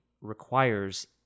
requires